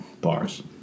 Bars